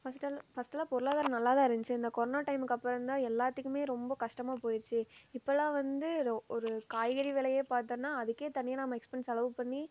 ஃபர்ஸுட்டெல் ஃபர்ஸ்ட்டுலா பொருளாதாரம் நல்லா தான் இருந்துச்சி இந்த கொரோனா டைமுக்கு அப்புறம் தான் எல்லாத்துக்குமே ரொம்ப கஷ்டமாக போயிருச்சி இப்போல்லாம் வந்து ரொ ஒரு காய்கறி விலையே பார்த்தன்னா அதுக்கே தனியாக நம்ம எக்ஸ்பென்ஸ் செலவு பண்ணி